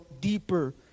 deeper